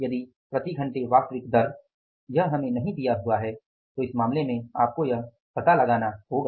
यदि प्रति घंटे वास्तविक दर यह हमें नहीं दिया हुआ है तो इस मामले में आपको यह पता लगाना होगा